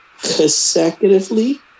consecutively